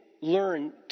learn